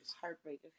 Heartbreak